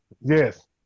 yes